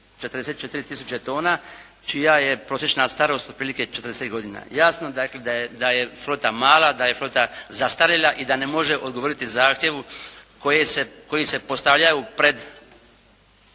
44 tisuće tona, čija je prosječna starost otprilike 40 godina. Jasno dakle, da je flota mala, da je flota zastarjela i da ne može odgovoriti zahtjevu koji se postavljaju pred